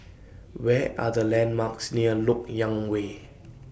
What Are The landmarks near Lok Yang Way